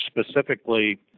Specifically